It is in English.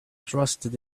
trusted